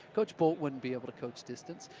coach bolt wouldn't be able to coach distance.